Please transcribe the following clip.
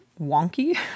wonky